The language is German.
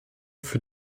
für